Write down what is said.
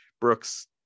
Brooks